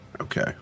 okay